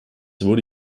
wurde